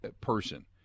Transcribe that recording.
person